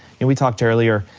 and we talked earlier,